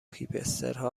هیپسترها